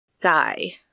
Guy